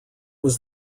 was